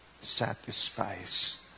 Satisfies